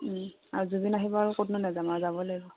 আৰু জুবিন আহিব আৰু ক'তনো নেযাম আৰু যাবই লাগিব